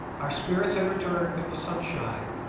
our spirits had returned with the sunshine,